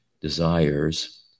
desires